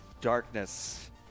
Darkness